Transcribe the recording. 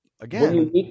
again